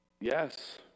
Yes